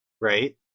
right